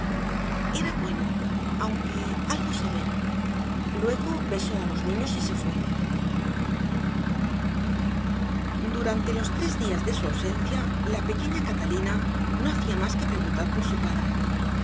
era bueno aunque algo severo luego besó a los niños y se fue durante los tres días de su ausencia la pequeña catalina no hacía más que preguntar por su padre